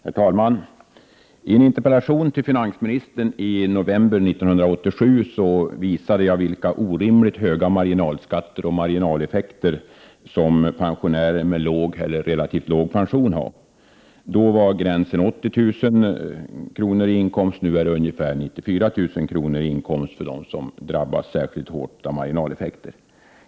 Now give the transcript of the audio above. Herr talman! I en interpellation till finansministern i november 1987 visade jag vilka orimligt höga marginalskatter pensionärer med låg eller relativt låg pension har. Då var gränsen 80 000 kr. i inkomst, nu är det ungefär 94 000 kr. i inkomst för dem som drabbas särskilt hårt av marginaleffekter.